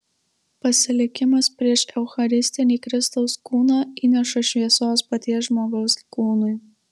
pasilikimas prieš eucharistinį kristaus kūną įneša šviesos paties žmogaus kūnui